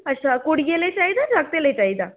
अच्छा कुड़ियै लेई चाहिदा जागतें लेई चाहिदा